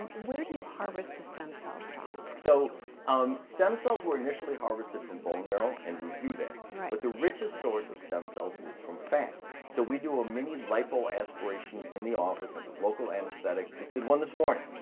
where do you harvest the stem cells from? so um stem cells were initially harvested from bone marrow, and we do that, but the richest source of stem cells is from fat. so we do a mini lipo aspiration in the office under local anesthetic just did one this morning.